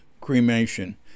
cremation